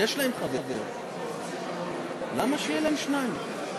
ואולם לא תעבור לוועדה הצעת חוק לאחר שחלפה שנה מיום הקמתה.